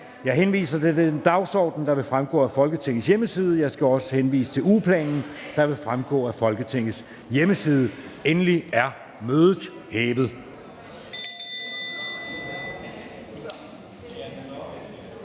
Jeg henviser til den dagsorden, der vil fremgå af Folketingets hjemmeside. Jeg skal også henvise til ugeplanen, der vil fremgå af Folketingets hjemmeside. Mødet er hævet.